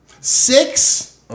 Six